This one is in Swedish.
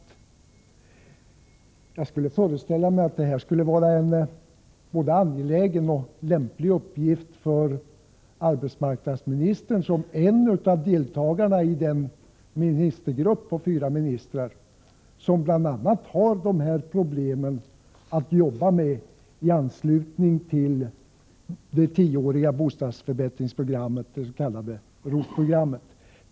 Jag föreställer mig att det skulle vara en både angelägen och lämplig uppgift för arbetsmarknadsministern som en av deltagarna i den ministergrupp på fyra ministrar som bl.a. har att arbeta med dessa problem i anslutning till det tioåriga bostadsförbättringsprogrammet, det s.k. ROT programmet.